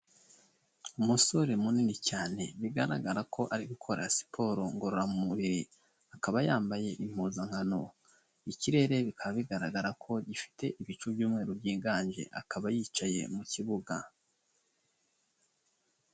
Umusore munini cyane bigaragara ko ari gukora siporo ngororamubiri, akaba yambaye impuzankano. Ikirere bikaba bigaragara ko gifite ibicu byumweru byiganje, akaba yicaye mu kibuga.